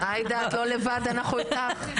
עאידה את לא לבד, אנחנו איתך.